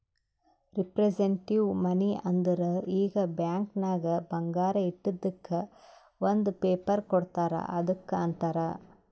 representative money ಅಂದುರ್ ಈಗ bank ನಾಗ್ ಬಂಗಾರ ಇಟ್ಟಿದುಕ್ ಒಂದ್ ಪೇಪರ್ ಕೋಡ್ತಾರ್ ಅದ್ದುಕ್ ಅಂತಾರ್